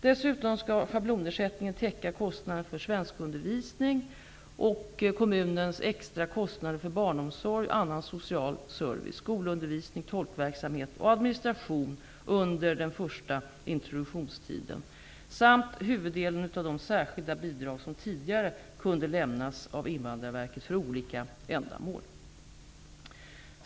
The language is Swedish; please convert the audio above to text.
Dessutom skall schablonersättningen täcka kostnaden för svenskundervisning och kommunens extra kostnader för barnomsorg, annan social service, skolundervisning, tolkverksamhet och administration under den första introduktionstiden samt huvuddelen av de särskilda bidrag som tidigare kunde lämnas av invandrarverket för olika ändamål.